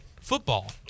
football